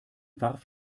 warf